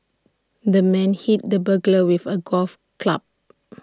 the man hit the burglar with A golf club